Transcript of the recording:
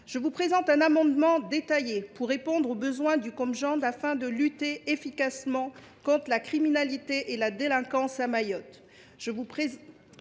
des casernes. Cet amendement détaillé vise à répondre aux besoins du Comgend afin de lutter efficacement contre la criminalité et la délinquance à Mayotte.